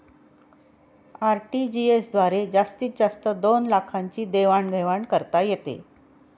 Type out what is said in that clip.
RTGS द्वारे जास्तीत जास्त दोन लाखांची देवाण घेवाण करता येते